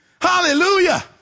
Hallelujah